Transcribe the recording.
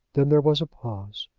then there was a pause.